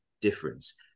difference